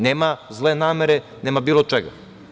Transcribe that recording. Nema zle namere, nema bilo čega.